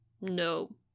No